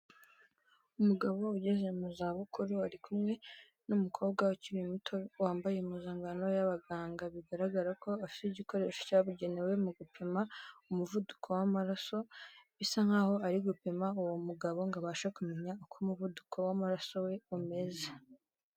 Umugabo ugeze mu zabukuru ari kumwe n'umukobwa ukiri muto wambaye impuzangano y'abaganga, bigaragara ko afite igikoresho cyabugenewe mu gupima umuvuduko w'amaraso, bisa nkaho ari gupima uwo mugabo ngo abashe kumenya uko umuvuduko w'amaraso we umeze.